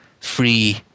free